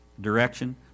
direction